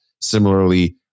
Similarly